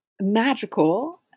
magical